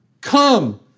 come